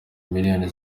miliyoni